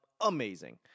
amazing